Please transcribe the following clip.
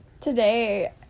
today